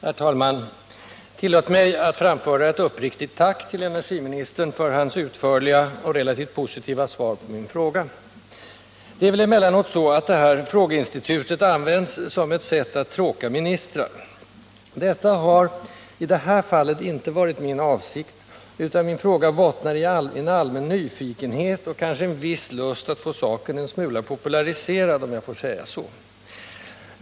Herr talman! Tillåt mig att framföra ett uppriktigt tack till energiministern för hans utförliga och relativt positiva svar på min fråga. Det är väl emellanåt så att det här frågeinstitutet används som ett sätt att tråka ministrar. Detta har i det här fallet inte varit min avsikt, utan min fråga bottnar i en allmän nyfikenhet och kanske en viss lust att få saken en smula populariserad, om jag får säga så.